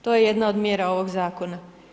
To je jedna od mjera ovog zakona.